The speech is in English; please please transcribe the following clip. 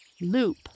Loop